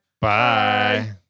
Bye